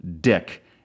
dick